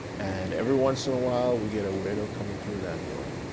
and, every once in a while, we get a weirdo coming through that door.